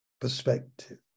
perspective